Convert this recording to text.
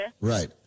Right